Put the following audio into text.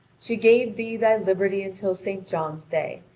she gave thee thy liberty until st. john's day,